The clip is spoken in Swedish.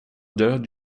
död